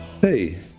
Hey